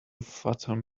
fathom